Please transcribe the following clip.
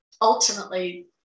ultimately